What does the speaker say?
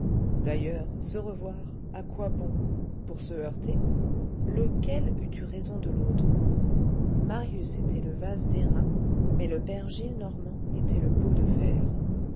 d'ailleurs se revoir à quoi bon pour se heurter lequel eût eu raison de l'autre marius était le vase d'airain mais le père gillenormand était le pot de fer